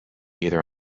either